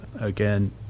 again